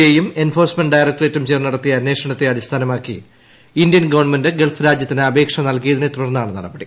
ഐയും എൻഫോഴ്സ്മെന്റ് ഡയറക്ട്രേറ്റും ചേർന്ന് നടത്തിയ അന്വേഷണത്തെ അടിസ്ഥാനമാക്കി ഇന്ത്യൻ ഗവൺമെന്റ് ഗൾഫ് രാജ്യത്തിന് അപേക്ഷ നൽകിയതിനെ തുടർന്നാണ് നടപടി